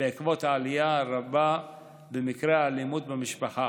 בעקבות העלייה הרבה במקרי האלימות במשפחה.